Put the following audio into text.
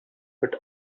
but